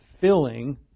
filling